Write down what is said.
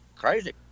Crazy